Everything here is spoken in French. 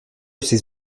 ses